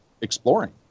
exploring